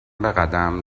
بقدم